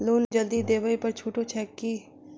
Loan जल्दी देबै पर छुटो छैक की?